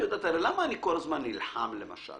למה אני כל הזמן נלחם על כך